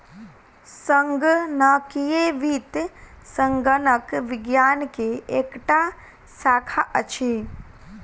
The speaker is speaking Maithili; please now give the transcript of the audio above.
संगणकीय वित्त संगणक विज्ञान के एकटा शाखा अछि